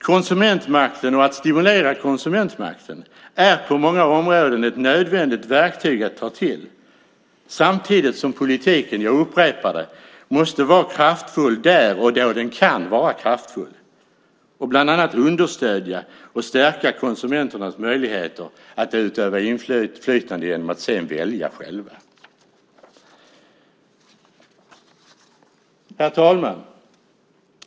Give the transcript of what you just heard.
Konsumentmakten och att stimulera konsumentmakten är på många områden ett nödvändigt verktyg att ta till, samtidigt som politiken, jag upprepar det, måste vara kraftfull där och då den kan vara kraftfull och bland annat understödja och stärka konsumenternas möjligheter att utöva inflytande genom att välja själva. Herr talman!